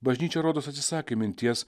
bažnyčia rodos atsisakė minties